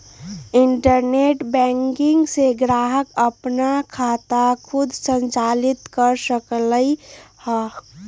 internet banking से ग्राहक अप्पन खाता खुद संचालित कर सकलई ह